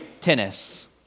tennis